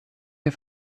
der